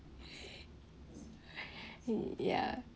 ya